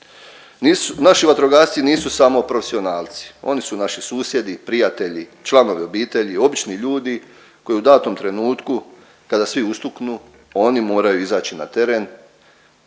naši vatrogasci nisu samo profesionalci, oni su naši susjedi, prijatelji, članovi obitelji, obični ljudi koji u datom trenutku, kada svi ustuknu, oni moraju izaći na teren